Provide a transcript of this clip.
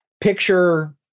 Picture